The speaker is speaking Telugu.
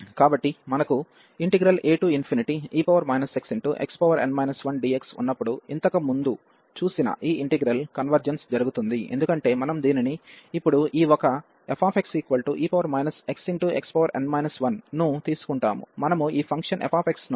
కాబట్టి మనకు ae xxn 1dx ఉన్నప్పుడు ఇంతకుముందు చూసిన ఈ ఇంటిగ్రల్ కన్వెర్జెన్స్ జరుగుతుంది ఎందుకంటే మనం దీనిని ఇప్పుడు ఈ ఒక fxe xxn 1ను తీసుకుంటాము మనము ఈ ఫంక్షన్ f ను తీసుకుంటాము